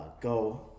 go